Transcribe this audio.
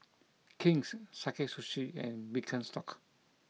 King's Sakae Sushi and Birkenstock